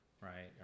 right